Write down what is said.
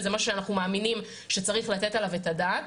וזה משהו שאנחנו מאמינים שצריך לתת עליו את הדעת.